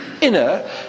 inner